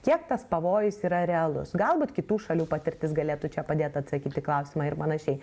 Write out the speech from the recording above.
kiek tas pavojus yra realus galbūt kitų šalių patirtis galėtų čia padėt atsakyt į klausimą ir panašiai